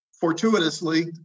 fortuitously